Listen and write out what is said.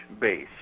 base